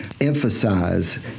emphasize